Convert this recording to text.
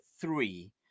three